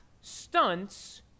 stunts